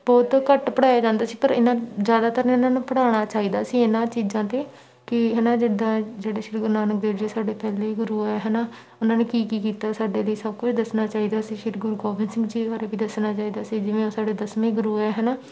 ਬਹੁਤ ਘੱਟ ਪੜ੍ਹਾਇਆ ਜਾਂਦਾ ਸੀ ਪਰ ਇਹਨਾਂ ਜ਼ਿਆਦਾਤਰ ਇਹਨਾਂ ਨੂੰ ਪੜ੍ਹਾਉਣਾ ਚਾਹੀਦਾ ਸੀ ਇਹਨਾਂ ਚੀਜ਼ਾਂ 'ਤੇ ਕੀ ਹੈ ਨਾ ਜਿੱਦਾਂ ਜਿਹੜੇ ਸ਼੍ਰੀ ਗੁਰੂ ਨਾਨਕ ਦੇਵ ਜੀ ਸਾਡੇ ਪਹਿਲੇ ਗੁਰੂ ਆ ਹੈ ਨਾ ਉਹਨਾਂ ਨੇ ਕੀ ਕੀ ਕੀਤਾ ਸਾਡੇ ਲਈ ਸਭ ਕੁਝ ਦੱਸਣਾ ਚਾਹੀਦਾ ਸੀ ਸ਼੍ਰੀ ਗੁਰੂ ਗੋਬਿੰਦ ਸਿੰਘ ਜੀ ਬਾਰੇ ਵੀ ਦੱਸਣਾ ਚਾਹੀਦਾ ਸੀ ਜਿਵੇਂ ਉਹ ਸਾਡੇ ਦਸਵੇਂ ਗੁਰੂ ਹੈ ਹੈ ਨਾ